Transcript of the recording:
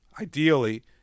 ideally